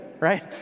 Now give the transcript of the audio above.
right